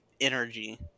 energy